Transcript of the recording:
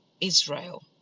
Israel